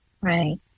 Right